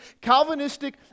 Calvinistic